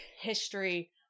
history